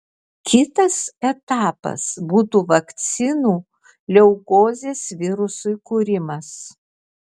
kitas etapas būtų vakcinų leukozės virusui kūrimas